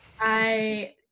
I-